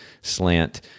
slant